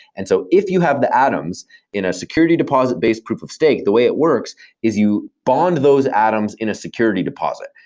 and so if you have the atoms in a security deposit based proof of state, the way it works is you bond those atoms in a security deposit.